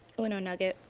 uno nugget.